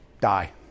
Die